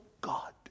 God